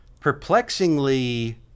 perplexingly